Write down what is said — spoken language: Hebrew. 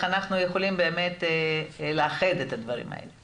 אנחנו יכולים באמת לאחד את הדברים האלה.